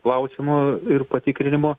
klausimo ir patikrinimo